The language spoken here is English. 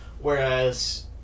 whereas